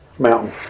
mountain